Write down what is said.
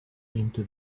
into